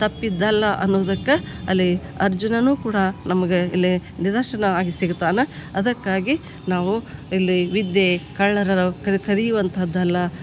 ತಪ್ಪಿದ್ದಲ್ಲ ಅನ್ನುದಕ್ಕೆ ಅಲ್ಲಿ ಅರ್ಜುನನೂ ಕೂಡ ನಮ್ಗೆ ಇಲ್ಲಿ ನಿದರ್ಶನ ಆಗಿ ಸಿಗ್ತಾನೆ ಅದಕ್ಕಾಗಿ ನಾವು ಇಲ್ಲಿ ವಿದ್ಯೆ ಕಳ್ಳರರು ಕದಿಯುವಂಥದ್ದಲ್ಲ